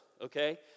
okay